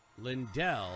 Lindell